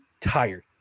tired